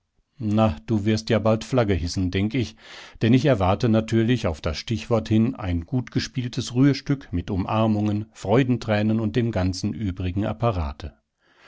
na du wirst ja bald flagge hissen denk ich denn ich erwarte natürlich auf das stichwort hin ein gutgespieltes rührstück mit umarmungen freudentränen und dem ganzen übrigen apparate